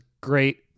great